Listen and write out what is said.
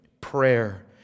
prayer